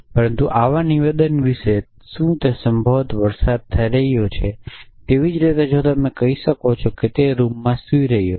પરંતુ આવા નિવેદન વિશે શું તે સંભવત વરસાદ થઈ રહ્યો છે એવી જ રીતે જો તમે કહો છો કે તે રૂમમાં સૂઈ રહ્યો છે